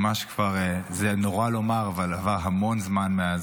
ממש כבר, זה נורא לומר, אבל עבר המון זמן מאז.